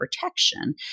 protection